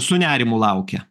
su nerimu laukia